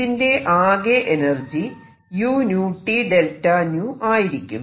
ഇതിന്റെ ആകെ energy uT𝚫𝞶 ആയിരിക്കും